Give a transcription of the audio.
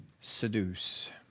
seduce